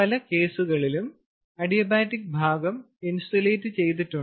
പല കേസുകളിലും അഡിയാബാറ്റിക് ഭാഗം ഇൻസുലേറ്റ് ചെയ്തിട്ടുണ്ട്